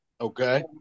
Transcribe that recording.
Okay